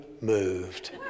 moved